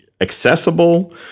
accessible